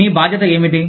మీ బాధ్యత ఏమిటి